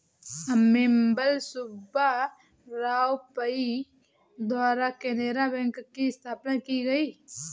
अम्मेम्बल सुब्बा राव पई द्वारा केनरा बैंक की स्थापना की गयी